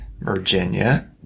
Virginia